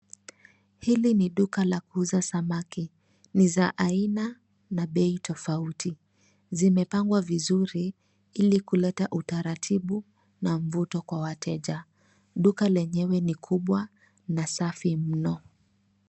Hili ni duka la kuuza samaki. Ni za aina na bei tofauti. Zimepangwa vizuri ili kuleta utaratibu na mvuto kwa wateja. Duka lenyewe ni kubwa na safi mno.